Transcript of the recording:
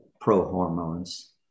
pro-hormones